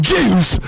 Jews